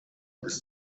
bis